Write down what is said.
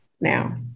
now